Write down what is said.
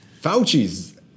Fauci's